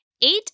eight